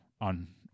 on